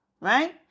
right